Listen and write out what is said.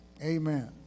Amen